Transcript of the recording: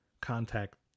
contact